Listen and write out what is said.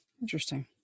Interesting